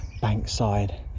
bankside